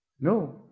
No